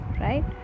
Right